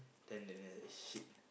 then the guy was like shit